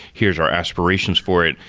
here's our aspirations for it,